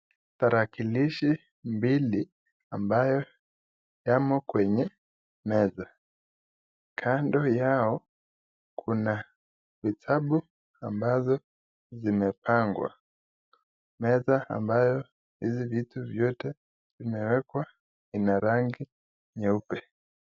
Tarakilishi mbili ambayo yako kwenye meza. Kando yao kuna vitabu ambazo zimepangwa meza ambayo vitu hivi vyote vimewekwa ina rangi nyeupe.